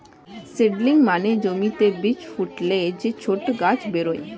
seedling মানে জমিতে বীজ ফুটলে যে ছোট গাছ বেরোয়